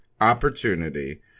opportunity